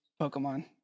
Pokemon